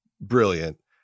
brilliant